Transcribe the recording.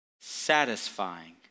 Satisfying